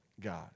God